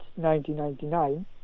1999